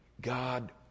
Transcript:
God